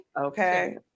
Okay